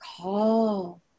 call